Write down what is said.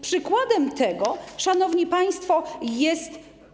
Przykładem tego, szanowni państwo, jest.